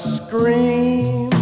scream